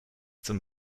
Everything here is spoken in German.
zum